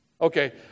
Okay